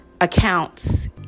accounts